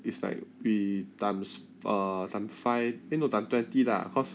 it's like we times err times five eh no time twenty lah because